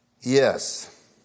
Yes